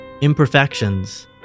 Imperfections